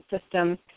system